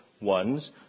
ones